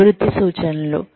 అభివృద్ధి సూచనలు